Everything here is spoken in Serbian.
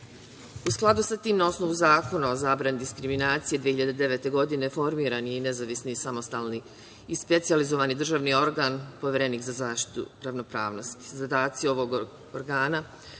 skladu sa tim i na osnovu Zakona o zabrani diskriminacije 2009. godine formiran je i nezavisni samostalni i specijalni državni organ – Poverenik za zaštitu ravnopravnosti. Zadaci ovog organa